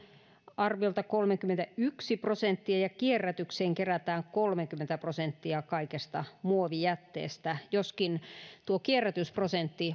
arviolta kolmekymmentäyksi prosenttia ja kierrätykseen kerätään kolmekymmentä prosenttia kaikesta muovijätteestä joskin tuo kierrätysprosentti